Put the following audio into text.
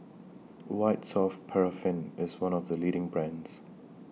White Soft Paraffin IS one of The leading brands